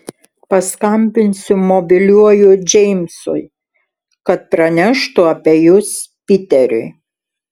paskambinsiu mobiliuoju džeimsui kad praneštų apie jus piteriui